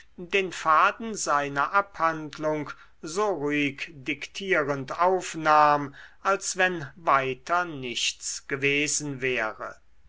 den faden seiner abhandlung so ruhig diktierend aufnahm als wenn weiter nichts gewesen wäre